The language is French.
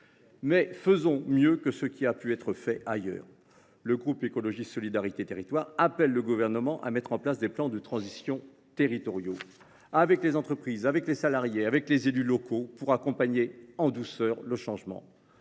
mais nous devons faire mieux qu’ailleurs. Le groupe Écologiste – Solidarité et Territoires appelle le Gouvernement à mettre en place des plans de transition territoriaux avec les entreprises, les salariés et les élus locaux, pour accompagner en douceur le changement,